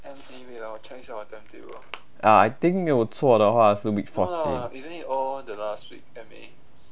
ah I think 没有错的话是 week fourteen